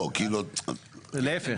להיפך.